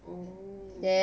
um